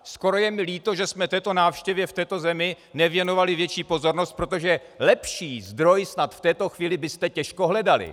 Skoro je mi líto, že jsme této návštěvě v této zemi nevěnovali větší pozornost, protože lepší zdroj snad v této chvíli byste těžko hledali.